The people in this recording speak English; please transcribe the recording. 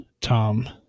Tom